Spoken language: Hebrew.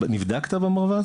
נבדקת במרב"ד?